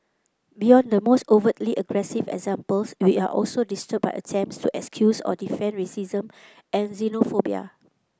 beyond the most overtly aggressive examples we are also disturbed by attempts to excuse or defend racism and xenophobia